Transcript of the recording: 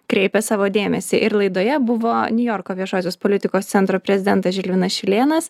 kreipia savo dėmesį ir laidoje buvo niujorko viešosios politikos centro prezidentas žilvinas šilėnas